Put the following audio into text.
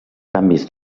canvis